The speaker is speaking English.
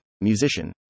Musician